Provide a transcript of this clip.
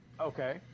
Okay